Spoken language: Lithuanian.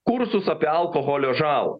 kursus apie alkoholio žalą